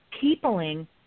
peopling